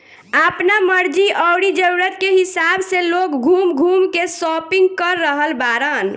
आपना मर्जी अउरी जरुरत के हिसाब से लोग घूम घूम के शापिंग कर रहल बाड़न